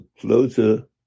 closer